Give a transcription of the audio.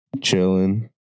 chilling